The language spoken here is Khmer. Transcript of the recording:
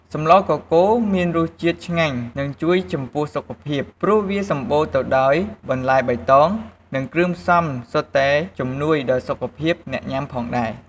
សម្លកកូរមានរសជាតិឆ្ងាញ់និងជួយចំពោះសុខភាពព្រោះវាសំបូរទៅដោយបន្លែបៃតងនិងគ្រឿងផ្សំសុទ្ធតែជំនួយដល់សុខភាពអ្នកញាំផងដែរ។